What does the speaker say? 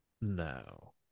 No